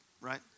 right